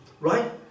right